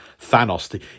Thanos